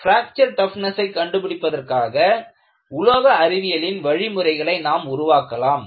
fracture toughness ஐ கண்டுபிடிப்பதற்காக உலோக அறிவியலின் வழிமுறைகளை நாம் உருவாக்கலாம்